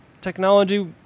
technology